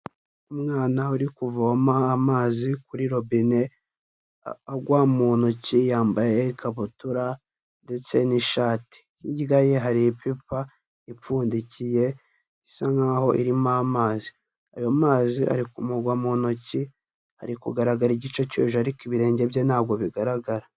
Umwana uri kuvoma amazi kuri robine agwa mu ntoki, yambaye ikabutura ndetse n'ishati. Hirya ye hari ipipa ipfundikiye, isa nkaho irimo amazi. Ayo mazi ari kumugwa mu ntoki, ari kugaragara igice cyo hejuru ariko ibirenge bye ntabwo bigaragara.